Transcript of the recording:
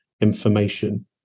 information